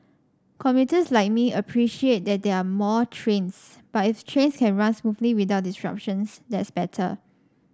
commuters like me appreciate that there are more trains but if trains can run smoothly without disruptions that's better